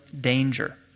danger